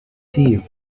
steve